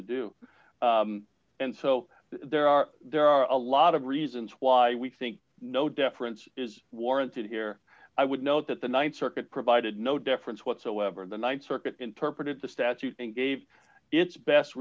to do and so there are there are a lot of reasons why we think no deference is warranted here i would note that the th circuit provided no difference whatsoever the th circuit interpreted the statute and gave its best